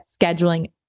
scheduling